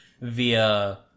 via